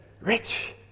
Rich